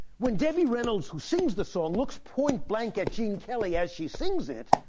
when debbie reynolds, who sings the song, looks point blank at gene kelly as she sings it,